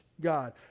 God